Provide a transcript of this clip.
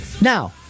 Now